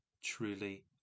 truly